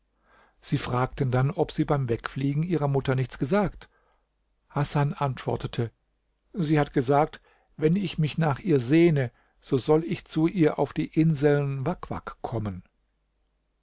sie fragten dann ob sie beim wegfliegen ihrer mutter nichts gesagt hasan antwortete sie hat gesagt wenn ich mich nach ihr sehne so soll ich zu ihr auf die inseln wak wak kommen